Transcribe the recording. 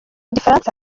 gifaransa